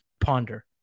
ponder